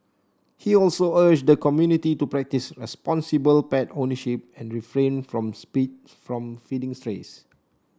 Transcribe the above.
he also urged the community to practise responsible pet ownership and refrain from from feeding strays